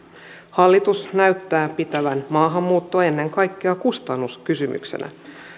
hallitus näyttää pitävän maahanmuuttoa ennen kaikkea kustannuskysymyksenä